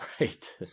Right